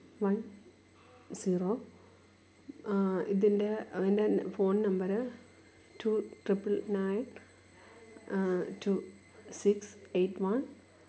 one zero ഇതിന്റെ അതിന്റെ phone number two triple nine two six eight one